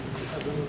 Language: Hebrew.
התש"ע 2010, נתקבל.